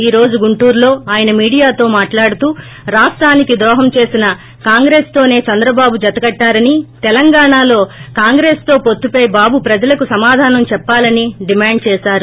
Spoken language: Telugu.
ఈ రోజు గుంటూరులో అయన మీడియాతో మాట్లాడుతూ రాష్టానికి ద్రోహం చేసిన కాంగ్రెస్తోసే చంద్రబాబు జతకట్టారని తెలంగాణలో కాంగ్రెస్తో పొత్తుపై బాబు ప్రజలకు సమాధానం చెప్పాలని డిమాండ్ చేశారు